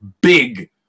big